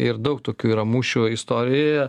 ir daug tokių yra mūšių istorijoje